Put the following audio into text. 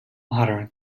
modern